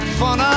fun